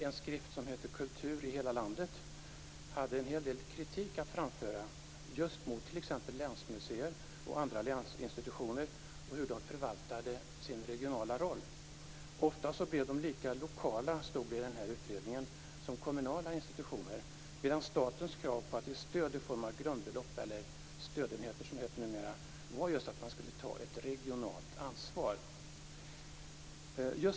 I skriften Kultur i hela landet framfördes en hel del kritik mot t.ex. länsmuseer och andra länsinstitutioner och hur de förvaltade sin regionala roll. Ofta blev de lika lokala, stod det i utredningen, som kommunala institutioner medan statens krav på att de skulle ge stöd i form av grundbelopp - eller stödenheter, som det heter numera - var för att de skulle ta ett regionalt ansvar.